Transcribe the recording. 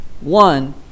one